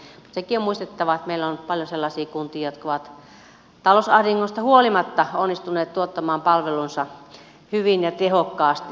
mutta sekin on muistettava että meillä on paljon sellaisia kuntia jotka ovat talousahdingosta huolimatta onnistuneet tuottamaan palvelunsa hyvin ja tehokkaasti